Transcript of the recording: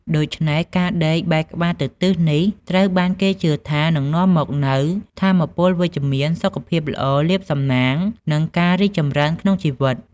ដូច្នេះ ការដេកបែរក្បាលទៅទិសនេះ ត្រូវបានគេជឿថានឹងនាំមកនូវថាមពលវិជ្ជមាន សុខភាពល្អ លាភសំណាង និងការរីកចម្រើនក្នុងជីវិត។